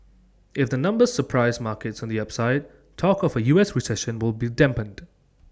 if the numbers surprise markets on the upside talk of A us recession will be dampened